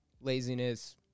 laziness